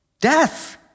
Death